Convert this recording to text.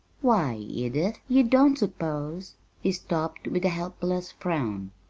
why, edith, you don't suppose he stopped with a helpless frown.